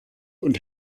und